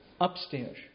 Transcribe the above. Upstairs